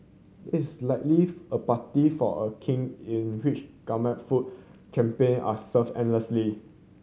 it's likely for a party for a King in which gourmet food champagne are served endlessly